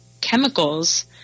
chemicals